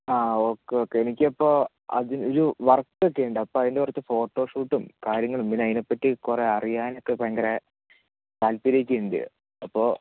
ആ okay okay എനിക്ക് ഇപ്പോൾ അർജൻറ്റ് ഒരു വർക്കെക്കെയുണ്ട് അപ്പം അതിന്റെ കുറച്ച് ഫോട്ടോ ഷൂട്ടും കാര്യങ്ങളും പിന്നെ അതിനെപ്പറ്റിറ്റി കുറെ അറിയാനൊക്കെ ഭയങ്കര താൽപ്പര്യമൊക്കെയുണ്ട് അപ്പോൾ